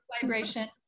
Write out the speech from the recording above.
vibration